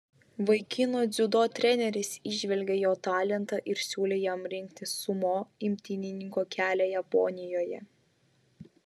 vaikino dziudo treneris įžvelgė jo talentą ir siūlė jam rinktis sumo imtynininko kelią japonijoje